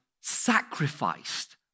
sacrificed